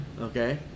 Okay